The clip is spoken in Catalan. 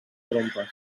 trompes